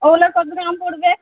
ওগুলোর কত দাম পড়বে